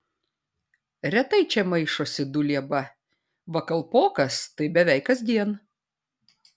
retai čia maišosi dulieba va kalpokas tai beveik kasdien